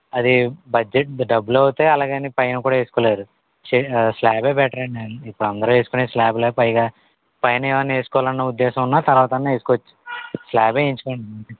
అదే బడ్జెట్ డబ్బులు అవుతాయి అలాగని పైన కూడా వేసుకోలేరు స్లాబ్ ఏ బెటర్ అండి ఇప్పుడు అందరూ స్లాబులేసుకునేది పైగా పైన ఏమైనా వేసుకోవాలని ఉద్దేశం ఉన్న తరువాత అన్న వేసుకోవచ్చు స్లాబ్ ఏ వేయించుకొండి